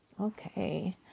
okay